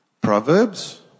Proverbs